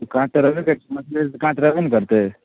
काँटा रहबे करै छै मछ्लीमे तऽ काँट रहबे ने करतै